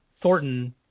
thornton